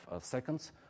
seconds